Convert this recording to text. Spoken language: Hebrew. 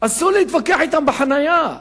אסור להתווכח אתם בחנייה.